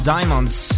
Diamonds